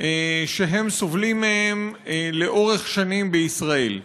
שהם סובלים מהן לאורך שנים בישראל.